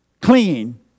clean